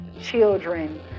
children